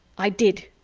i did,